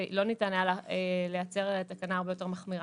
ולא ניתן לייצר תקנה הרבה יותר מחמירה.